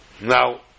Now